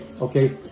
okay